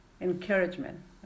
encouragement